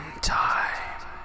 time